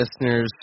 listeners